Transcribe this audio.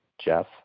Jeff